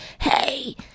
Hey